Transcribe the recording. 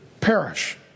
Perish